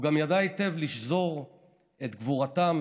הוא גם ידע היטב לשזור את גבורתם